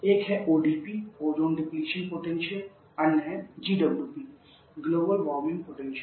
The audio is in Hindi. एक है ODP ओजोन डेप्लियन पोटेंशियल अन्य है GWP ग्लोबल वार्मिंग पोटेंशियल